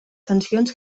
sancions